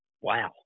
wow